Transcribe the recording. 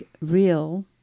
real